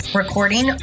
recording